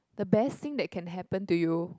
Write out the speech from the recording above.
the best that can happen to you